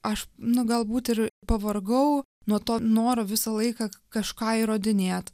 aš nu galbūt ir pavargau nuo to noro visą laiką kažką įrodinėt